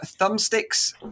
thumbsticks